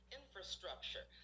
infrastructure